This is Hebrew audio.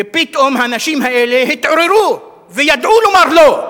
ופתאום האנשים האלה התעוררו, וידעו לומר לא.